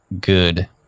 good